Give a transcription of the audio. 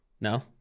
No